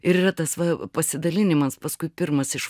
ir yra tas va pasidalinimas paskui pirmas iš